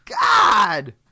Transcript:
god